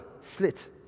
slit